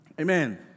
Amen